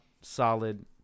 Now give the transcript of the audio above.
solid